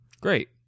great